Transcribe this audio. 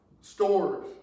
stores